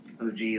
OG